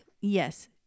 yes